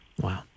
Wow